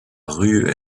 rue